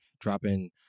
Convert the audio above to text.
dropping